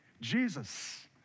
Jesus